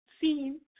seen